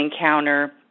encounter